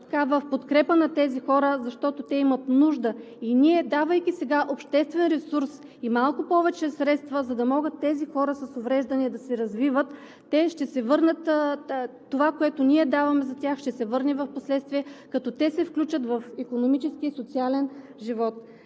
в подкрепа на тези хора, защото те имат нужда. Давайки сега обществен ресурс и малко повече средства, за да могат тези хора с увреждания да се развиват, това, което ние даваме за тях, ще се върне в последствие, като те се включат в икономическия и социалния живот.